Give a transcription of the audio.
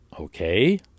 Okay